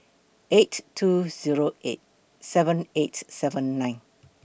eight two Zero eight seven eight seven nine